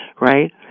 right